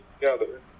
together